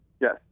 Yes